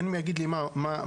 אין מי יגיד לי מה תעשה,